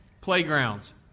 Playgrounds